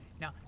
now